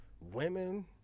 women